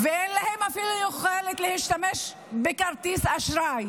ואין להם אפילו יכולת להשתמש בכרטיס אשראי.